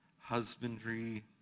husbandry